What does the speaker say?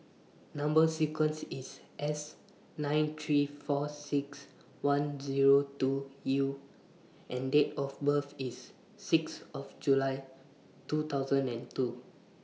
Number sequence IS S nine three four six one Zero two U and Date of birth IS six of July two thousand and two